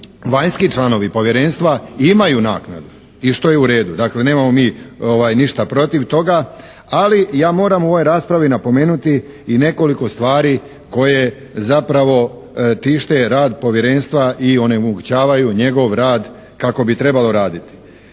vanjski članovi povjerenstva imaju naknadu i što je u redu. Dakle, nemamo mi ništa protiv toga, ali ja moram u ovoj raspravi napomenuti i nekoliko stvari koje zapravo tište rad povjerenstva i onemogućavaju njegov rad kako bi trebalo raditi.